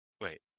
wait